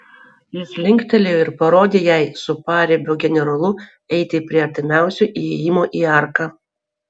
jis linktelėjo ir parodė jai su paribio generolu eiti prie artimiausio įėjimo į arką